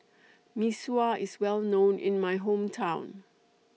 Mee Sua IS Well known in My Hometown